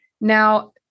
Now